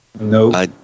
No